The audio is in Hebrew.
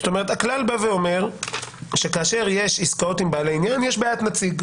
הכלל בא ואומר שכאשר יש עסקאות עם בעלי עניין יש בעיית נציג.